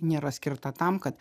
nėra skirta tam kad